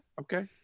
okay